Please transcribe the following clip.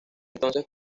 entonces